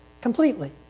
completely